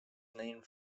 named